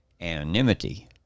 anonymity